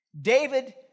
David